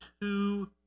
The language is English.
two